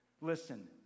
Listen